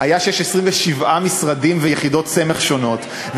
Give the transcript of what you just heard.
היה שיש 27 משרדים ויחידות סמך שונות,